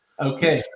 Okay